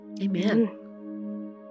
amen